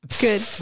Good